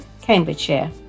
Cambridgeshire